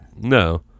no